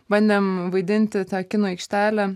bandėm vaidinti tą kino aikštelę